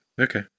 okay